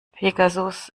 pegasus